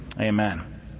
Amen